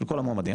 לכל המועמדים,